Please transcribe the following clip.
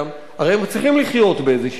הרי הם צריכים לחיות באיזו דרך.